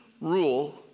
rule